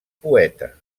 poeta